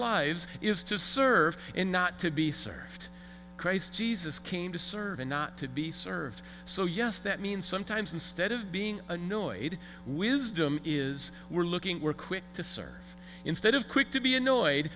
lives is to serve him not to be served christ jesus came to serve and not to be served so yes that means sometimes instead of being annoyed with is doing is we're looking we're quick to serve instead of quick to be annoyed